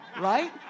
Right